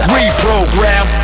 reprogram